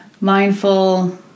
mindful